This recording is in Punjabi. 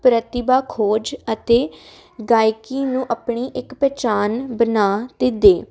ਪ੍ਰਤਿਭਾ ਖੋਜ ਅਤੇ ਗਾਇਕੀ ਨੂੰ ਆਪਣੀ ਇੱਕ ਪਹਿਚਾਣ ਬਣਾ ਤੇ ਦੇਣ